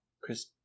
chris